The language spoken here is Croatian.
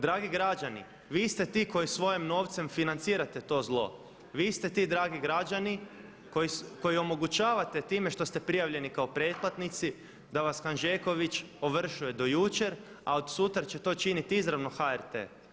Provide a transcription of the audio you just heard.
Dragi građani vi ste ti koji svojim novcem financirate to zlo, vi ste ti dragi građani koji omogućavate time što ste prijavljeni kako pretplatnici da vas Hanžeković ovršuje do jučer, a od sutra će to činiti izravno HRT.